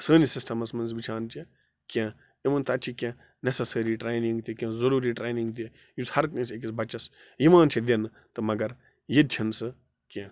سٲنِس سِسٹَمَس منٛز وٕچھان چھِ کیٚنٛہہ اِوٕن تَتہِ چھِ کیٚنٛہہ نٮ۪صٕف سٲری ٹرٛینِنٛگ تہِ کیٚنٛہہ ضٔروٗری ٹرٛینِنٛگ تہِ یُس ہَرٕ کٲنٛسہِ أکِس بَچَس یِوان چھِ دِنہٕ تہٕ مگر ییٚتہِ چھِنہٕ سُہ کیٚنٛہہ